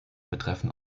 betreffen